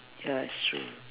ya it's true